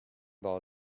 ball